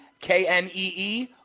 K-N-E-E